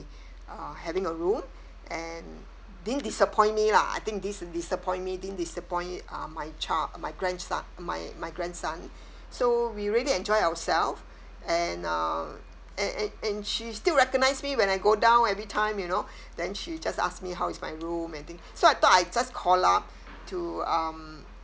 uh having a room and didn't disappoint me lah I think didn't disappoint me didn't disappoint um my child my grandson my my grandson so we really enjoyed ourselves and um and and she still recognise me when I go down every time you know then she just ask me how is my room anything so I thought I just call up to um